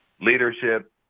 leadership